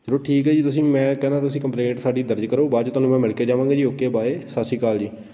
ਚਲੋ ਠੀਕ ਹੈ ਜੀ ਤੁਸੀਂ ਮੈਂ ਕਹਿੰਦਾ ਤੁਸੀਂ ਕੰਪਲੇਂਟ ਸਾਡੀ ਦਰਜ ਕਰੋ ਬਾਅਦ 'ਚ ਤੁਹਾਨੂੰ ਮੈਂ ਮਿਲ ਕੇ ਜਾਵਾਂਗੇ ਜੀ ਓਕੇ ਬਾਏ ਸਤਿ ਸ਼੍ਰੀ ਅਕਾਲ ਜੀ